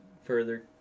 further